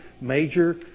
major